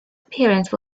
appearance